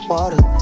Water